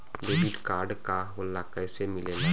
Debit card का होला कैसे मिलेला?